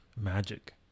magic